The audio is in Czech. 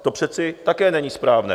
To přece také není správné.